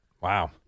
Wow